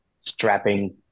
strapping